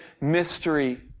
mystery